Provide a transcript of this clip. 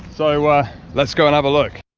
so ah let's go and have a look!